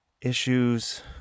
issues